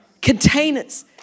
containers